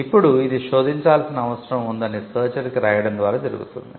ఇప్పుడు ఇది శోధించాల్సిన అవసరం ఉందని సెర్చర్ కి రాయడం ద్వారా జరుగుతుంది